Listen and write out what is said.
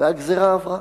והגזירה עברה.